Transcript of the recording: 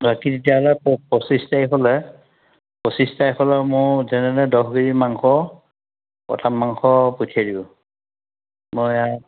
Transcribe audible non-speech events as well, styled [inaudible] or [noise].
বাকী তেতিয়াহ'লে পঁচিছ তাৰিখ [unintelligible] পঁচিছ তাৰিখ [unintelligible] মোৰ যেনেতেনে দহ কেজি মাংস কটা মাংস পঠিয়াই দিব মই